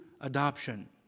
adoption